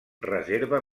reserva